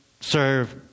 serve